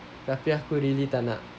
tapi aku really tak nak